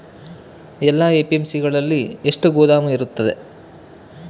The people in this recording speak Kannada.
ಎಲ್ಲಾ ಎ.ಪಿ.ಎಮ್.ಸಿ ಗಳಲ್ಲಿ ಎಷ್ಟು ಗೋದಾಮು ಇರುತ್ತವೆ?